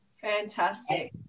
Fantastic